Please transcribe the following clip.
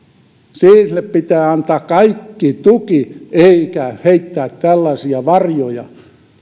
sille pitää antaa kaikki tuki eikä heittää tällaisia varjoja